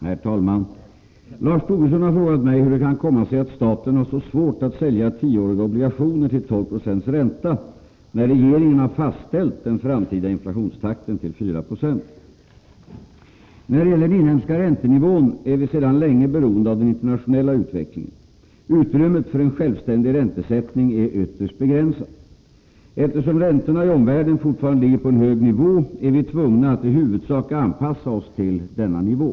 Herr talman! Lars Tobisson har frågat mig hur det kan komma sig att staten har så svårt att sälja tioåriga obligationer till 12 96 ränta, när regeringen har fastställt den framtida inflationstakten till 4 90. När det gäller den inhemska räntenivån är vi sedan länge beroende av den internationella utvecklingen. Utrymmet för en självständig räntesättning är ytterst begränsat. Eftersom räntorna i omvärlden fortfarande ligger på en hög nivå är vi tvungna att i huvudsak anpassa oss till denna nivå.